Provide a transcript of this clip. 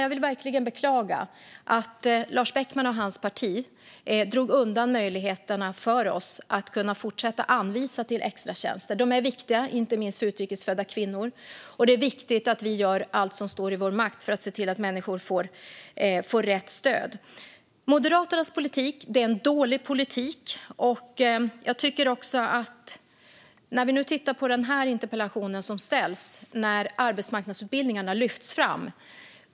Jag vill verkligen beklaga att Lars Beckman och hans parti drog undan möjligheterna för oss att kunna fortsätta att anvisa till extratjänster. De är viktiga inte minst för utrikesfödda kvinnor. Det är viktigt att vi gör allt som står i vår makt för att se till att människor får rätt stöd. Moderaternas politik är en dålig politik. När vi nu tittar på den interpellation som ställs ser vi att arbetsmarknadsutbildningarna lyfts fram.